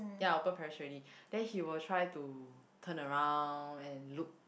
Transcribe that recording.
ya open parachute already then he will try to turn around and look